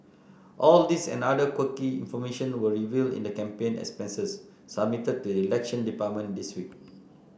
all these and other quirky information were revealed in the campaign expenses submitted to the Elections Department this week